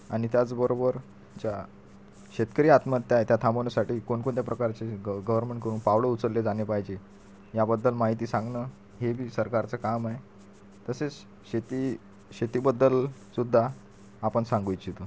आणि त्याचबरोबर ज्या शेतकरी आत्महत्या आय त्या थांबवण्यासाठी कोणकोणत्या प्रकारचे गव्ह गव्हर्मेंटकडून पावलं उचलली जाणे पाहिजे याबद्दल माहिती सांगणं हे बी सरकारचं काम आहे तसेच शेती शेतीबद्दल सुद्धा आपण सांगू इच्छितो